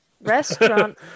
restaurant